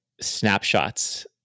snapshots